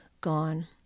gone